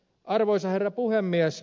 arvoisa herra puhemies